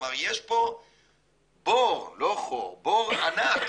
כלומר יש פה בור, לא חור, בור ענק